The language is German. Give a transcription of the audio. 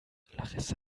larissa